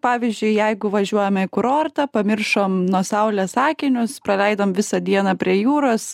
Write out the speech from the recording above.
pavyzdžiui jeigu važiuojame į kurortą pamiršom nuo saulės akinius praleidom visą dieną prie jūros